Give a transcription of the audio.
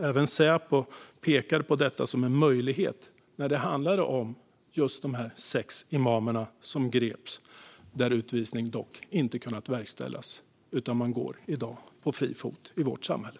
Även Säpo pekar på detta som en möjlighet när det handlar om just de sex imamerna som greps och där utvisning dock inte kunnat verkställas utan där de i dag är på fri fot i vårt samhälle.